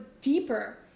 deeper